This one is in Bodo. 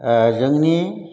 जोंनि